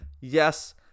Yes